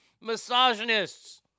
misogynist's